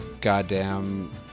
goddamn